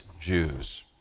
Jews